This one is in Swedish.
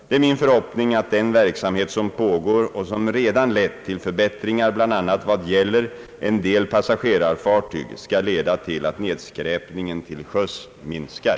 Det är min förhoppning att den verksamhet som pågår och som redan lett till förbättringar, bl.a. vad gäller en del passagerarfartyg, skall leda till att nedskräpningen till sjöss minskar.